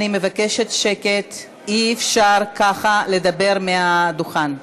אני מבקשת שקט, אי-אפשר ככה לדבר מהדוכן.